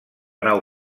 nau